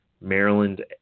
Maryland